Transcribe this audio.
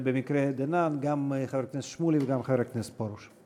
שבמקרה דנן הם גם חבר הכנסת שמולי וגם חבר הכנסת פרוש.